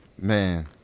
Man